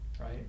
right